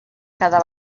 cada